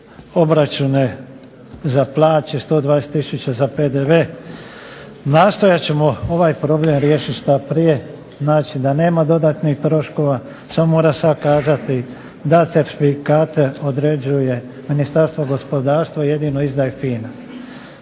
obračune za plaće, 120000 za PDV. Nastojat ćemo ovaj problem riješiti što prije. Znači da nema dodatnih troškova. Samo moram sad kazati da certifikate određuje Ministarstvo gospodarstvo i jedino izdaje FINA.